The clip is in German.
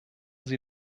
sie